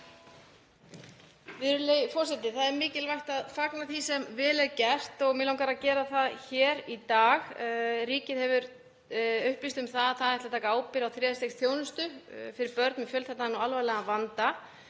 Það er mikilvægt að fagna því sem vel er gert og mig langar að gera það hér í dag. Ríkið hefur upplýst um að það ætli að taka ábyrgð á þriðja stigs þjónustu fyrir börn með fjölþættan og alvarlegan vanda.